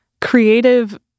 creative